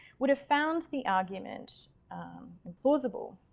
would have found the argument implausible.